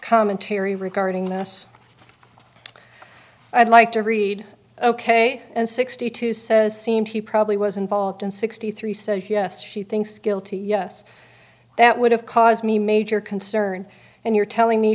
commentary regarding this i'd like to read ok and sixty two says seemed he probably was involved in sixty three says yes she thinks guilty yes that would have caused me major concern and you're telling me